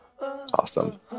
Awesome